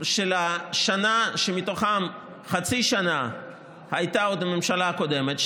של השנה שמתוכה חצי שנה עוד הייתה הממשלה הקודמת,